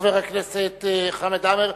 חבר הכנסת חמד עמאר,